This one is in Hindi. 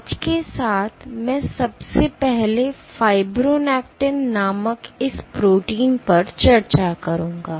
आज के साथ मैं सबसे पहले फाइब्रोनेक्टिन नामक इस प्रोटीन पर चर्चा करूंगा